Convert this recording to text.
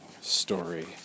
story